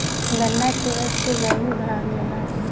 गन्ना के रस से गरमी भाग जाला